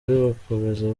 bakomeza